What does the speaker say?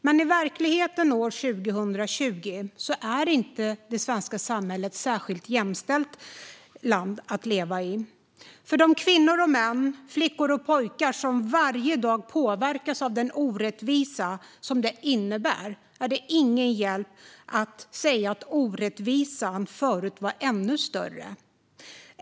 Men i verkligheten år 2020 är det svenska samhället inte särskilt jämställt att leva i. För de kvinnor och män samt flickor och pojkar som varje dag påverkas av den orättvisa som det innebär är det ingen hjälp att säga att orättvisan förut var ännu större.